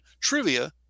trivia